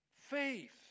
faith